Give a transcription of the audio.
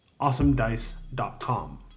awesomedice.com